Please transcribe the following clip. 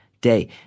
day